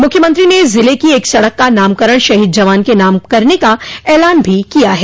मुख्यमंत्री ने ज़िले की एक सड़क का नामकरण शहीद जवान के नाम करने का ऐलान भी किया है